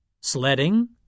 Sledding